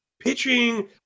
pitching